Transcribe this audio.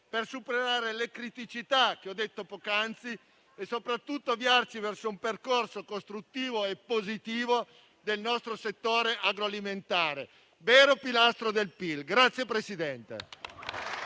per superare le criticità che ho citato poc'anzi e soprattutto per avviarci verso un percorso costruttivo e positivo per il nostro settore agroalimentare, vero pilastro del PIL.